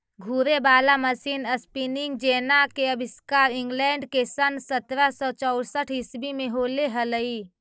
घूरे वाला machine spinning jenny के आविष्कार इंग्लैंड में सन् सत्रह सौ चौसठ ईसवी में होले हलई